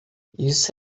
isso